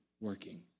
working